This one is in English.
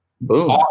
boom